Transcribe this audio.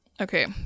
Okay